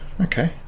Okay